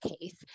case